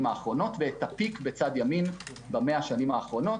האחרונות ואת הפיק במאה השנים האחרונות.